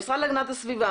המשרד להגנת הסביבה,